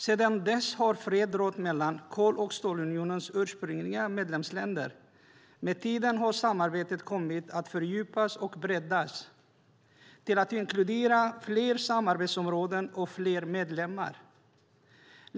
Sedan dess har fred rått mellan kol och stålunionens ursprungliga medlemsländer. Med tiden har samarbetet kommit att fördjupas och breddas till att inkludera fler samarbetsområden och fler medlemmar.